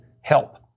help